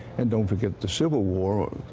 and don't forget the civil war.